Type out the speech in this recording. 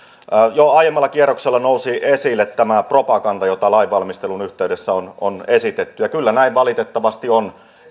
jo aiemmalla kierroksella nousi esille tämä propaganda jota lainvalmistelun yhteydessä on on esitetty kyllä näin valitettavasti on